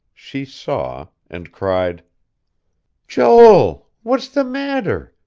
she saw, and cried joel! what's the matter?